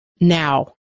now